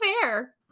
fair